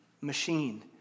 machine